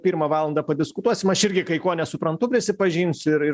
pirmą valandą padiskutuosim aš irgi kai ko nesuprantu prisipažinsiu ir ir